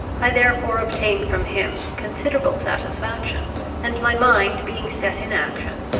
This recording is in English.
i therefore obtained from him considerable satisfaction and, my mind being set in action,